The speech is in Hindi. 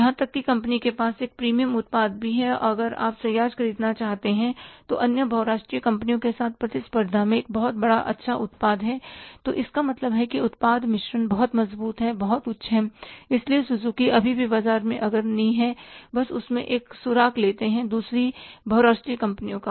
यहां तक कि कंपनी के पास एक प्रीमियम उत्पाद भी है अगर आप सियाज खरीदना चाहते हैं जो अन्य बहुराष्ट्रीय कंपनियों के साथ प्रतिस्पर्धा में एक बहुत अच्छा उत्पाद है तो इसका मतलब है कि उत्पाद मिश्रण बहुत मजबूत हैबहुत उच्च है इसलिए सुजुकी अभी भी बाजार में अग्रणी है और बस उस से एक सुराग लेते हैं दूसरी बहुराष्ट्रीय कंपनियों का